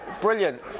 Brilliant